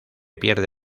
pierde